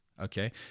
Okay